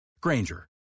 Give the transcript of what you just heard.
Granger